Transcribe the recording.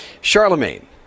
Charlemagne